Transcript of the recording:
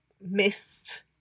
missed